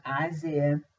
Isaiah